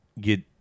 get